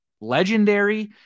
legendary